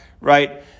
right